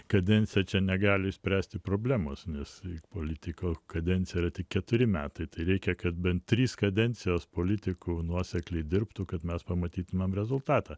kadencija čia negali išspręsti problemos nes politiko kadencija yra tik keturi metai tai reikia kad bent trys kadencijos politikų nuosekliai dirbtų kad mes pamatytumėm rezultatą